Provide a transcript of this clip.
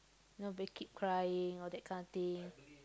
you know keep crying all that kind of thing